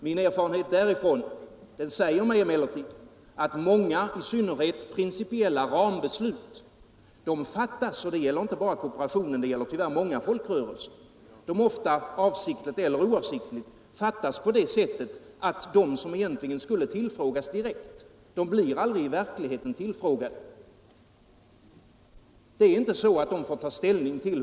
Min erfarenhet därifrån säger mig emellertid att många beslut, i synnerhet principiella rambeslut, avsiktligt eller oavsiktligt fattas på det sättet att de som egentligen skulle tillfrågas direkt i verkligheten aldrig blir tillfrågade — det gäller inte bara kooperationen utan tyvärr också många folkrörelser.